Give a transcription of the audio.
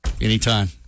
Anytime